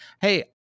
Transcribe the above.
Hey